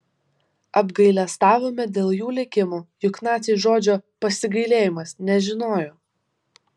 apgailestavome dėl jų likimo juk naciai žodžio pasigailėjimas nežinojo